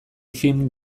film